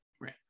Right